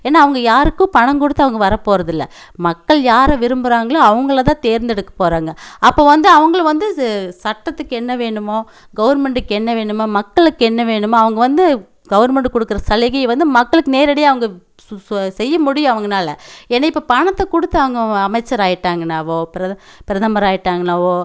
ஏன்னா அவங்க யாருக்கும் பணம் கொடுத்து அவங்க வரப்போறதில்லை மக்கள் யாரை விரும்புறாங்களோ அவங்களை தான் தேர்ந்தெடுக்க போகிறாங்க அப்போ வந்து அவங்களும் வந்து சே சட்டத்துக்கு என்ன வேணுமோ கவர்மெண்ட்டுக்கு என்ன வேணுமோ மக்களுக்கு என்ன வேணுமோ அவங்க வந்து கவர்மெண்ட்டு கொடுக்கற சலுகையை வந்து மக்களுக்கு நேரடியாக அவங்க சு ச செய்ய முடியும் அவங்கனால் ஏன்னா இப்போ பணத்தை கொடுத்து அவங்க அமைச்சர் ஆயிட்டாங்கனாவோ பிரத பிரதமர் ஆயிட்டாங்கனாவோ